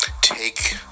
take